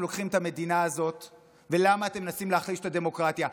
לוקחים את המדינה הזאת ולמה אתם מנסים להחליש את הדמוקרטיה.